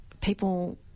people